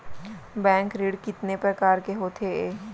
Bank ऋण कितने परकार के होथे ए?